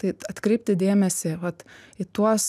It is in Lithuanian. tai atkreipti dėmesį vat į tuos